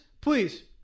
Please